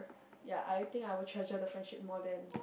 ya I think I will treasure the friendship more than